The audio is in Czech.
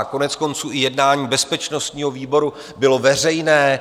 Koneckonců, i jednání bezpečnostního výboru bylo veřejné.